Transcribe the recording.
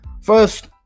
First